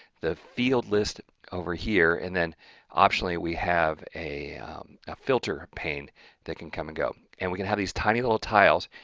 the field list over here and then optionally we have a filter pane that can come and go. and we can have these tiny little tiles.